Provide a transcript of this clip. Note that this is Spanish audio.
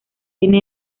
tiene